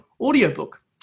Audiobook